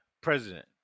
President